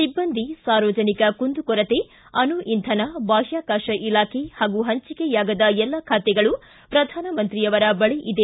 ಿಬ್ಬಂದಿ ಸಾರ್ವಜನಿಕ ಕುಂದುಕೊರತೆ ಅಣು ಇಂಧನ ಬಾಹ್ವಾಕಾಶ ಇಲಾಖೆ ಹಾಗೂ ಹಂಚಿಕೆಯಾಗದ ಎಲ್ಲ ಖಾತೆಗಳು ಪ್ರಧಾನಮಂತ್ರಿ ಅವರ ಬಳಿ ಇದೆ